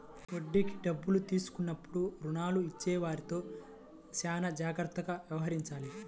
వడ్డీకి డబ్బులు తీసుకున్నప్పుడు రుణాలు ఇచ్చేవారితో చానా జాగ్రత్తగా వ్యవహరించాలి